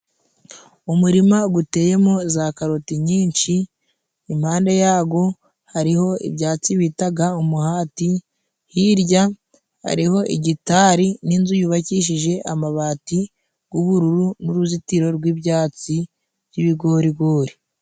Umurima guteyemo za karoti nyinshi, impande yago hariho ibyatsi bitaga umuhati, hirya hariho igitari n'inzu yubakishije amabati g'ubururu n'uruzitiro rw'ibyatsi by'ibigorigori.